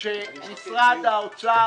כאשר משרד האוצר,